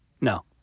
No